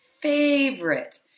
favorite